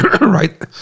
right